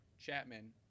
Chapman